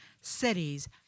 cities